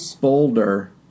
boulder